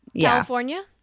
California